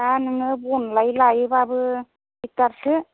दा नोङो बन लाय लायोबाबो दिगदारसो